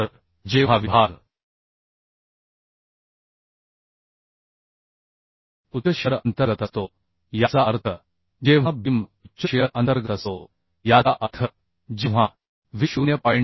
तर जेव्हा विभाग उच्च शिअर अंतर्गत असतो याचा अर्थ जेव्हा बीम उच्च शिअर अंतर्गत असतो याचा अर्थ जेव्हा व्ही 0